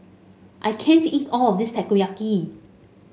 I can't eat all of this Takoyaki